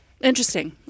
Interesting